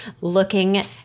looking